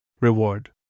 reward